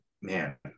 man